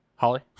Holly